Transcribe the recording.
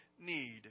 need